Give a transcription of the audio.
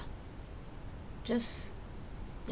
just ya